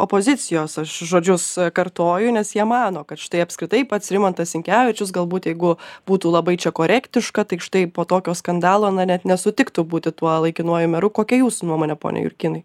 opozicijos aš žodžius kartoju nes jie mano kad štai apskritai pats rimantas sinkevičius galbūt jeigu būtų labai čia korektiška tai štai po tokio skandalo na net nesutiktų būti tuo laikinuoju meru kokia jūsų nuomonė pone jurkynai